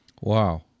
Wow